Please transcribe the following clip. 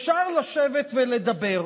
אפשר לשבת ולדבר.